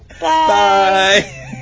Bye